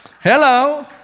Hello